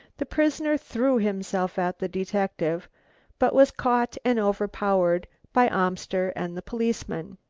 the prisoner threw himself at the detective but was caught and overpowered by amster and the policeman.